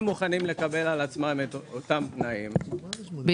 לקבל על עצמם את אותם תנאים --- בדיוק.